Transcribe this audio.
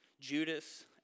Judas